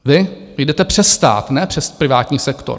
Vy jdete přes stát, ne přes privátní sektor.